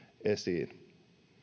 esiin